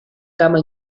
cama